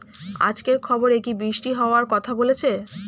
আজকের খবরে কি বৃষ্টি হওয়ায় কথা বলেছে?